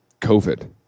COVID